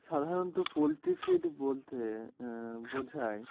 সাধারণত poultry feed বলতে বোঝায়